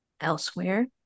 elsewhere